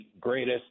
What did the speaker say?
greatest